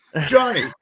Johnny